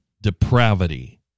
depravity